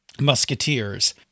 musketeers